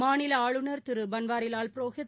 மாநிலஆளுநர் Thiru Banwarilal Purohit